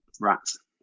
Rats